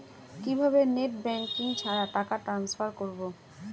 কিভাবে net banking ছাড়া টাকা টান্সফার করব?